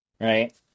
Right